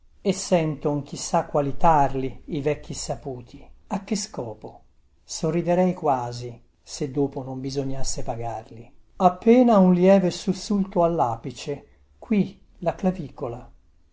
e senton chi sa quali tarli i vecchi saputi a che scopo sorriderei quasi se dopo non bisognasse pagarli appena un lieve sussurro allapice qui la clavicola